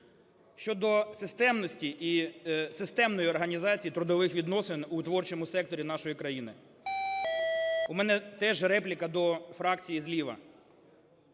щодо системності і системної організації трудових відносин у творчому секторі нашої країни. У мене теж репліка до фракції зліва: